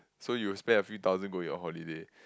so you will spend a few thousand going on holiday